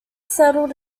settled